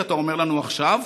שאתה אומר לנו עכשיו,